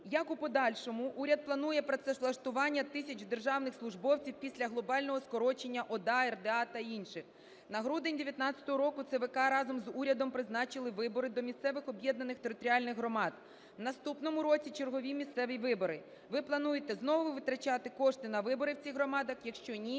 Як у подальшому уряд планує працевлаштування тисяч державних службовців після глобального скорочення ОДА, РДА та інших? На грудень 19-го року ЦВК разом з урядом призначили вибори до місцевих об'єднаних територіальних громад. В наступному році чергові місцеві вибори. Ви плануєте знову витрачати кошти на вибори в цих громадах? Якщо ні,